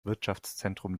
wirtschaftszentrum